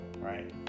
Right